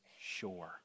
sure